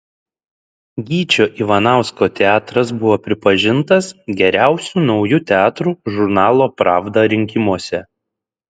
gyčio ivanausko teatras buvo pripažintas geriausiu nauju teatru žurnalo pravda rinkimuose